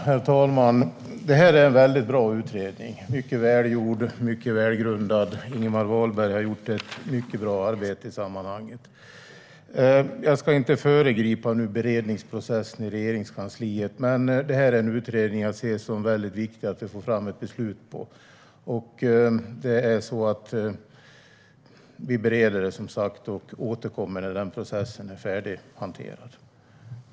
Herr talman! Detta är en mycket bra utredning. Den är mycket välgjord och välgrundad. Ingemar Wahlberg har gjort ett mycket bra arbete i sammanhanget. Jag ska inte föregripa beredningsprocessen i Regeringskansliet. Men jag ser det som mycket viktigt att vi får fram ett beslut med anledning av denna utredning. Vi bereder den, som sagt, och återkommer när denna process är färdighanterad.